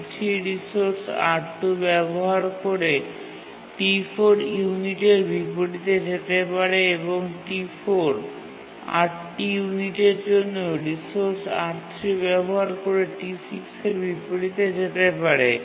T3 resource R2 ব্যবহার করে T4 ইউনিটের বিপরীতে যেতে পারে এবং T4 ৮ টি ইউনিটের জন্য রিসোর্স R3 ব্যবহার করে T6 এর বিপরীতে যেতে পারে